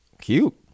cute